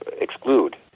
exclude